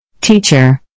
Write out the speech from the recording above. Teacher